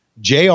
Jr